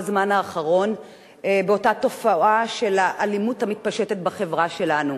בזמן האחרון באותה תופעה של האלימות המתפשטת בחברה שלנו.